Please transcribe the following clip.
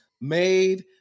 made